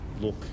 look